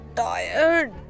tired